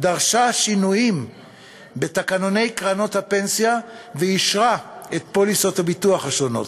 דרשה שינויים בתקנוני קרנות הפנסיה ואישרה את פוליסות הביטוח השונות,